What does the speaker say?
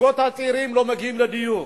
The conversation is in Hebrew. זוגות צעירים לא מגיעים לדיור.